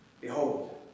behold